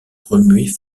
remuer